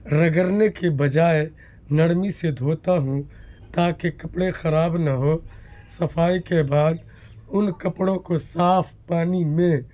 رگڑنے کے بجائے نرمی سے دھوتا ہوں تاکہ کپڑے خراب نہ ہو صفائی کے بعد ان کپڑوں کو صاف پانی میں